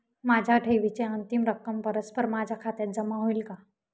माझ्या ठेवीची अंतिम रक्कम परस्पर माझ्या खात्यात जमा होईल का?